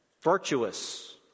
virtuous